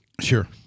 Sure